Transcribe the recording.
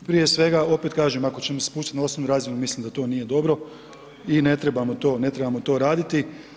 Prije svega, opet kažem ako ćemo se spuštat na osobnu razinu, mislim da to nije dobro i ne trebamo to raditi.